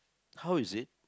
how is it